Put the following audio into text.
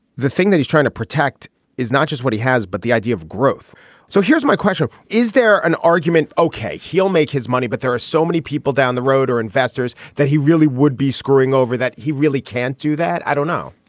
the thing that he's trying to protect is not just what he has but the idea of growth so here's my question. is there an argument ok he'll make his money. but there are so many people down the road or investors that he really would be screwing over that he really can't do that i don't know.